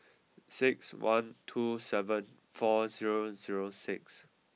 six one two seven four zero zero six